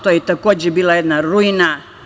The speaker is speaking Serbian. To je takođe bila jedna ruina.